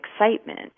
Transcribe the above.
excitement